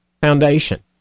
foundation